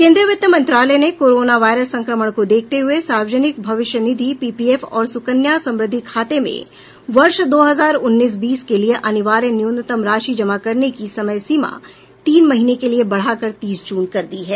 केंद्रीय वित्त मंत्रालय ने कोरोना वायरस संक्रमण को देखते हुए सार्वजनिक भविष्य निधि पीपीएफ और सुकन्या समृद्धि खाते में वर्ष दो हजार उन्नीस बीस के लिए अनिवार्य न्यूनतम राशि जमा कराने की समयसीमा तीन महीने के लिए बढ़ाकर तीस जून कर दी है